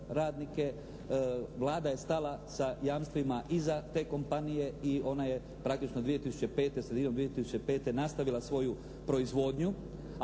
Vlada je stala sa jamstvima iza te kompanije i ona je praktično sredinom 2005. nastavila svoju proizvodnju,